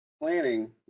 planning